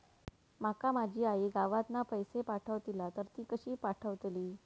माका माझी आई गावातना पैसे पाठवतीला तर ती कशी पाठवतली?